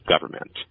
government